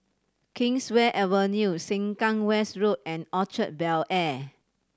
Kingswear Avenue Sengkang West Road and Orchard Bel Air